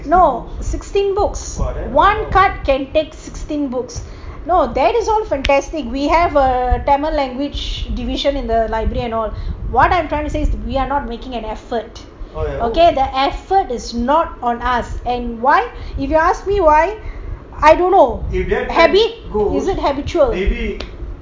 no sixteen books one card can take sixteen books no that is all fantastic we have ugh tamil langauge division in the library and all what I'm trying to say is we are not making an effort the effort is not on us and why if you ask me why I don't know habit is it habitual